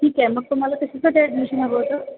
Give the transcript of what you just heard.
ठीक आहे मग तुम्हाला त्यासासाठी ॲडमिशन हवं होतं